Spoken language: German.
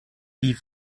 die